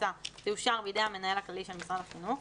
בקבוצה תאושר בידי המנהל הכללי של משרד החינוך.